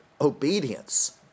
obedience